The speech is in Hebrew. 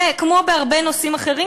וכמו בהרבה נושאים אחרים,